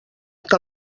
que